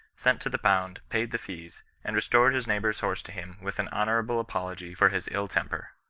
sent to the pound, paid the fees, and restored his neighbour's horse to him with an honourable apology for his ill temper.